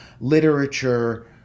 literature